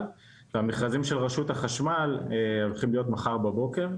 והמכרזים של רשות החשמל הולכים להיות מחר בבוקר.